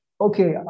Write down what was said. okay